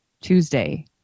Tuesday